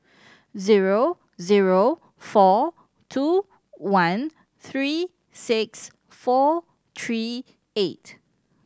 zero zero four two one three six four three eight